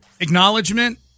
acknowledgement